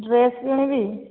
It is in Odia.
ଡ୍ରେସ୍ କିଣିବି